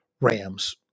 Rams